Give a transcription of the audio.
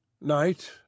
Night